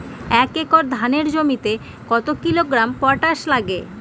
এক একর ধানের জমিতে কত কিলোগ্রাম পটাশ লাগে?